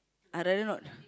I dare you not